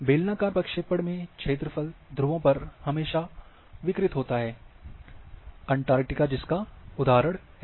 बेलनाकार प्रक्षेपण में क्षेत्र फल ध्रुवों पर हमेशा विकृत होता है अंटार्कटिका जिसका उदाहरण है